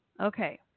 Okay